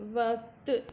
वक़्तु